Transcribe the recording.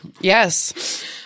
Yes